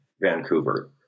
Vancouver